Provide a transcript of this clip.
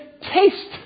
taste